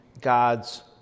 God's